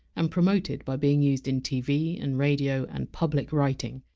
and promoted by being used in tv and radio and public writing,